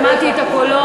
שמעתי את הקולות,